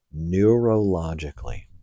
neurologically